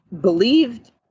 believed